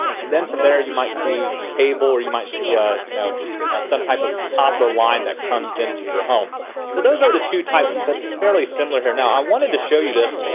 and then from there, you might see cable or you might see ah you know some type of copper line that comes into your home. but those are the two types, but it's fairly similar here. now i wanted to show you this.